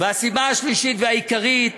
והסיבה השלישית והעיקרית